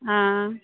हँ